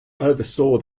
oversaw